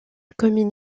commune